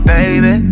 Baby